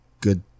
good